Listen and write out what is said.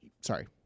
sorry